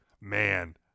man